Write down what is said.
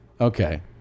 Okay